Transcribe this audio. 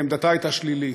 ועמדתה הייתה שלילית.